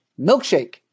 milkshake